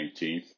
19th